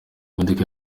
imodoka